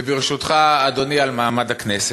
וברשותך, אדוני, על מעמד הכנסת.